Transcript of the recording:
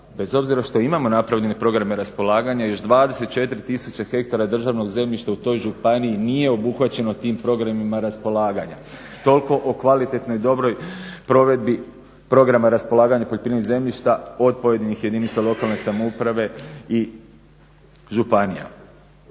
bez obzira što imamo napravljene programe raspolaganja još 24000 ha državnog zemljišta u toj županiji nije obuhvaćeno tim programima raspolaganja. Toliko o kvalitetnoj, dobroj provedbi programa raspolaganja poljoprivrednih zemljišta od pojedinih jedinica lokalne samouprave i županija.